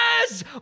Yes